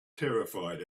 terrified